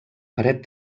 paret